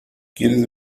quieres